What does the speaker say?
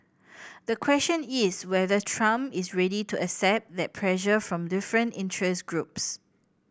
the question is whether Trump is ready to accept that pressure from different interest groups